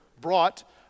brought